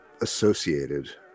associated